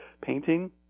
painting